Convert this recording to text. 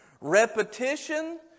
Repetition